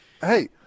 Hey